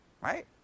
right